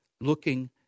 looking